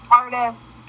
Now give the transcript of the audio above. artists